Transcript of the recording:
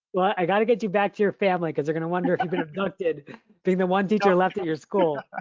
well, i gotta get you back to your family cause they're gonna wonder if you've been abducted being the one teacher left at your school.